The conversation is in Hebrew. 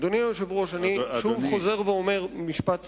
אדוני היושב-ראש, אני שוב חוזר ואומר משפט סיכום: